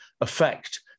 affect